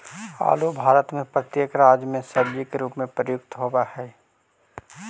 आलू भारत में प्रत्येक राज्य में सब्जी के रूप में प्रयुक्त होवअ हई